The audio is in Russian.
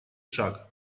шаг